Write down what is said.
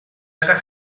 era